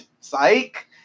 Psych